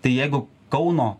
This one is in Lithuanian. tai jeigu kauno